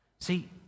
See